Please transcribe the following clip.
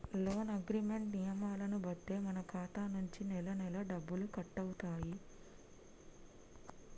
loan agreement నియమాలను బట్టే మన ఖాతా నుంచి నెలనెలా డబ్బులు కట్టవుతాయి